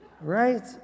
right